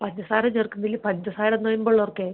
പഞ്ചസാര ചേർക്കുന്നില്ല പഞ്ചസാര നൊയമ്പ് ഉള്ളവർക്ക്